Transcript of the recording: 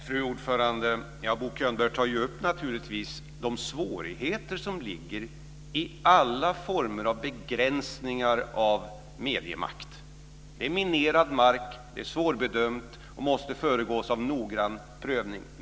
Fru talman! Bo Könberg tar upp de svårigheter som ligger i alla former av begränsningar av mediemakt. Det är minerad mark, det är svårbedömt och måste föregås av noggrann prövning.